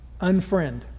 unfriend